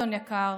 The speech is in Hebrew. אדון יקר,